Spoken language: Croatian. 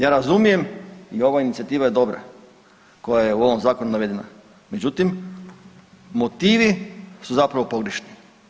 Ja razumijem i ova inicijativa je dobra koja je u ovom zakonu navedena, međutim motivi su zapravo pogrešni.